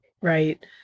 Right